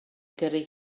gyrru